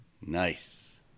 Nice